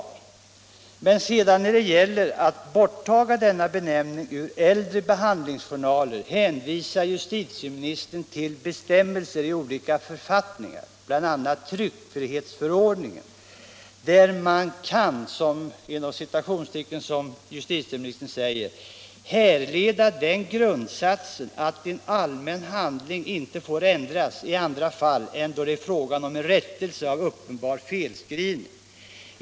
När det sedan gäller frågan om att borttaga denna benämning ur äldre behandlingsjournaler hänvisar justitieministern till bestämmelser i olika författningar, bl.a. tryckfrihetsförordningen, där man, som justitieministern säger, ”kan härleda den grundsatsen att en allmän handling inte får ändras i andra fall än då det är fråga om rättelse av uppenbar felskrivning.